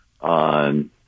on